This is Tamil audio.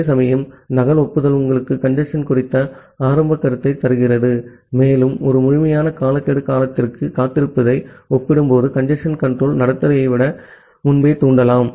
அதேசமயம் நகல் ஒப்புதல் உங்களுக்கு கஞ்சேஸ்ன் குறித்த ஆரம்ப கருத்தை தருகிறது மேலும் ஒரு முழுமையான காலக்கெடு காலத்திற்கு காத்திருப்பதை ஒப்பிடும்போது கஞ்சேஸ்ன் கன்ட்ரோல் நடத்தையை நீங்கள் முன்பே தூண்டலாம்